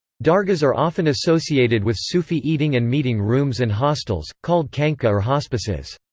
dargahs are often associated with sufi eating and meeting rooms and hostels, called khanqah or hospices.